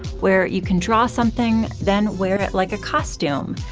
where you can draw something then wear it like a costume.